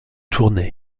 tournai